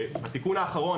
התיקון האחרון,